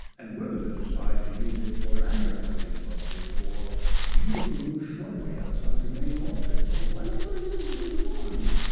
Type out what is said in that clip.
and we're going to decide to use it for an advertising budget or beautiful new shrubbery outside the main office or whatever it is we want,